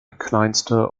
kleinste